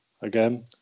again